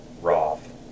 Roth